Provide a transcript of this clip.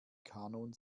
kanon